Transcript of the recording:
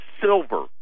silver